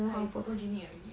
can lah you photogenic already